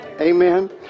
Amen